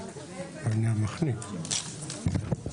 אולי נגיד רק לוועדה.